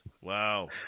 Wow